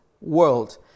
world